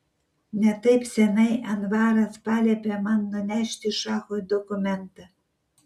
ne taip seniai anvaras paliepė man nunešti šachui dokumentą